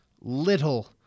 little